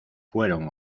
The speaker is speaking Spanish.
fueron